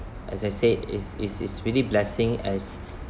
as I said is is is really blessing as